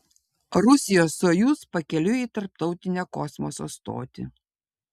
rusijos sojuz pakeliui į tarptautinę kosmoso stotį